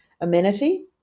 amenity